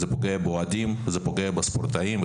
באוהדים ובספורטאים,